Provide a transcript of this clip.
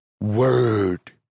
word